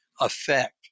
effect